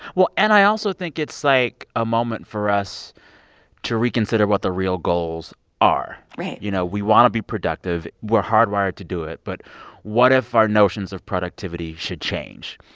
well, and i also think it's, like, a moment for us to reconsider what the real goals are right you know, we want to be productive. we're hard-wired to do it. but what if our notions of productivity should change?